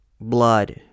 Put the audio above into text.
blood